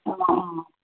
অঁ অঁ